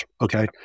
Okay